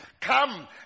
come